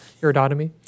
iridotomy